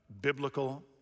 Biblical